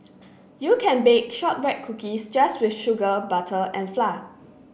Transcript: you can bake shortbread cookies just with sugar butter and flour